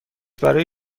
برای